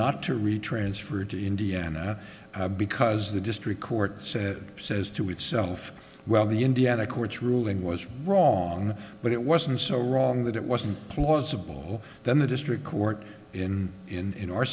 not to retransfer to indiana because the district court said says to itself well the indiana court's ruling was wrong but it wasn't so wrong that it wasn't plausible then the district court in in